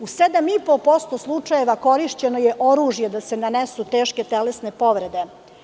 U 7,5% slučajeva korišćeno je oružje da se nanesu teške telesne povrede.